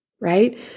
right